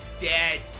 dead